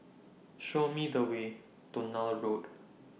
Show Me The Way to Neil Road